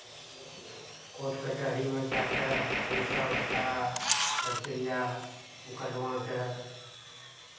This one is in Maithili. कोर्ट कचहरीमे जा कऽ हमसभ सारा प्रक्रिया मुकदमाके